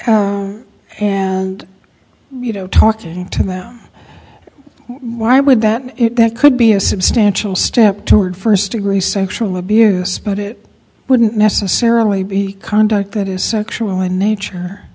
and you know talking to them why would that that could be a substantial step toward first degree sexual abuse but it wouldn't necessarily be conduct that is sexual in nature